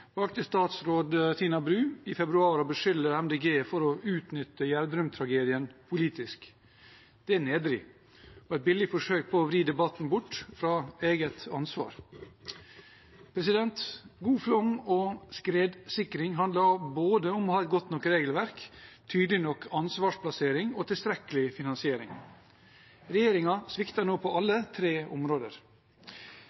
statsråd Tina Bru i februar å beskylde Miljøpartiet De Grønne for å utnytte Gjerdrum-tragedien politisk. Det er nedring og et billig forsøk på å vri debatten bort fra eget ansvar. God flom- og skredsikring handler om å ha både et godt nok regelverk, tydelig nok ansvarsplassering og tilstrekkelig finansiering. Regjeringen svikter nå på alle